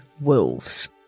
wolves